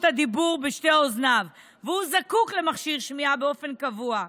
הדיבור בשתי אוזניו והוא זקוק למכשיר שמיעה באופן קבוע.